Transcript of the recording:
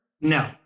No